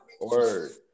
word